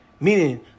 Meaning